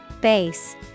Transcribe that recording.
Base